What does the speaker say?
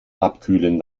abkühlen